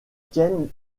tiennent